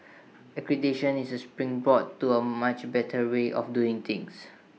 accreditation is A springboard to A much better way of doing things